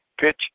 pitch